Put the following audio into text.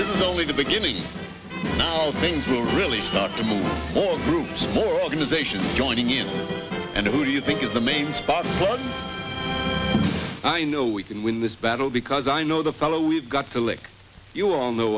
this is only the beginning really groups for organizations joining in and who do you think is the main spot i know we can win this battle because i know the fellow we've got to lick you all know